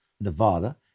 Nevada